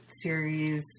series